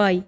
៩៣។